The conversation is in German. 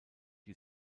die